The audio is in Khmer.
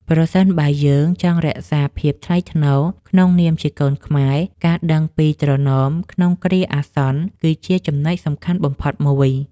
ប្រសិនបើយើងចង់រក្សាភាពថ្លៃថ្នូរក្នុងនាមជាកូនខ្មែរ ការដឹងពីត្រណមក្នុងគ្រាអាសន្ន គឺជាចំណុចសំខាន់បំផុតមួយ។